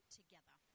together